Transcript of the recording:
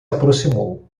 aproximou